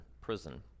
prison